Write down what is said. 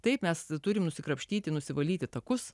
taip mes turime nusikrapštyti nusivalyti takus